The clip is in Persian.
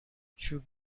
چوب